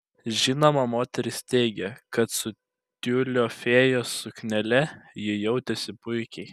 žinoma moteris teigė kad su tiulio fėjos suknele ji jautėsi puikiai